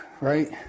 right